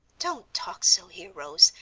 don't talk so here, rose,